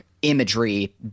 Imagery